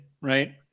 right